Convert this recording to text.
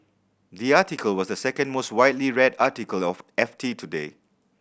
the article was the second most widely red article of F T today